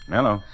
Hello